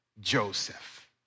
Joseph